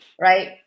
right